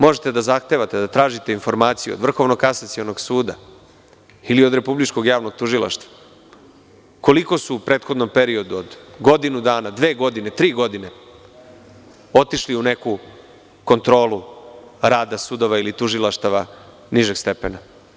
Možete da zahtevate da tražite informaciju od Vrhovnog kasacionog suda ili od Republičkog javnog tužilaštva - koliko su u prethodnom periodu od godinu dana, dve godine, tri godine otišli u neku kontrolu rada sudova ili tužilaštava nižeg stepena.